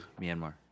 Myanmar